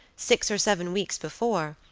six or seven weeks before,